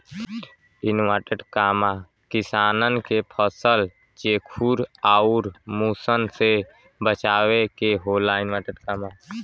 किसानन के फसल चेखुर आउर मुसन से बचावे के होला